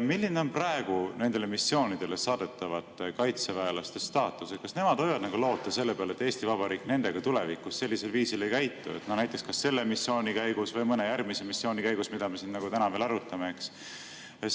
Milline on praegu nendele missioonidele saadetavate kaitseväelaste staatus? Kas nemad võivad loota selle peale, et Eesti Vabariik nendega tulevikus sellisel viisil ei käitu, näiteks selle missiooni käigus või mõne järgmise missiooni käigus, mida me siin täna veel arutame?